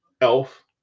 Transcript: Elf